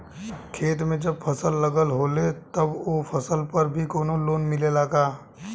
खेत में जब फसल लगल होले तब ओ फसल पर भी कौनो लोन मिलेला का?